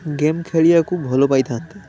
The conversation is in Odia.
ଗେମ୍ ଖେଳିବାକୁ ଭଲ ପାଇଥାନ୍ତି